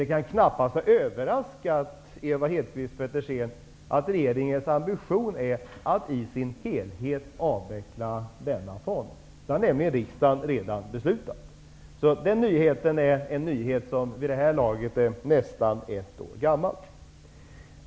Det kan knappast ha överraskat Ewa Hedkvist Petersen att regeringens ambition är att avveckla denna fond i sin helhet. Det har nämligen riksdagen redan fattat beslut om. Den nyheten är vid det här laget nästan ett år gammal.